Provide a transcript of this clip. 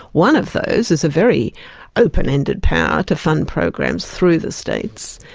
one of those is a very open-ended power to fund programs through the states,